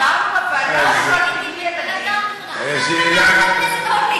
חברת הכנסת אורלי,